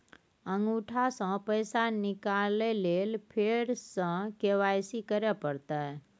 अंगूठा स पैसा निकाले लेल फेर स के.वाई.सी करै परतै?